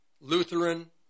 Lutheran